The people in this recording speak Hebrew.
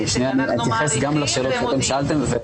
שאנחנו מעריכים ומודים.